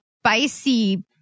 spicy